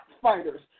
fighters